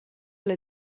alla